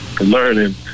learning